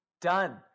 Done